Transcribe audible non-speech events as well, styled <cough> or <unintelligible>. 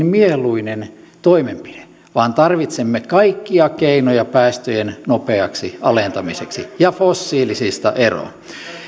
<unintelligible> mieluinen toimenpide vaan tarvitsemme kaikkia keinoja päästöjen nopeaksi alentamiseksi ja fossiilisista eroon